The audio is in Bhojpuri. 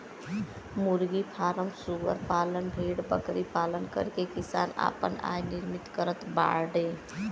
मुर्गी फ्राम सूअर पालन भेड़बकरी पालन करके किसान आपन आय निर्मित करत बाडे